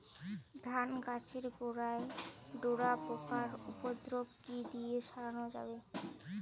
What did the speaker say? ধান গাছের গোড়ায় ডোরা পোকার উপদ্রব কি দিয়ে সারানো যাবে?